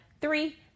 Three